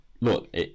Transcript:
look